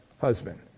husband